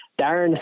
Darren